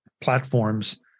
platforms